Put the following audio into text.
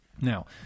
Now